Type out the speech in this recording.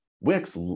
Wix